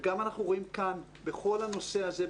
וגם אנחנו רואים כאן בכל הנושא הזה,